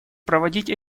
проводить